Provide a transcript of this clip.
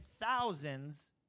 thousands